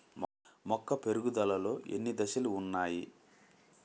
మొక్క పెరుగుదలలో ఎన్ని దశలు వున్నాయి?